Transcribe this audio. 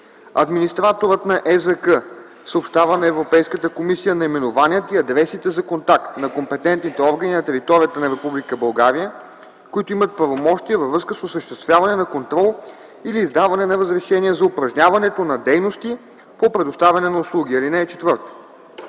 Администраторът на ЕЗК съобщава на Европейската комисия наименованията и адресите за контакт на компетентните органи на територията на Република България, които имат правомощия във връзка с осъществяване на контрол или издаване на разрешения за упражняването на дейности по предоставяне на услуги. (4) Компетентните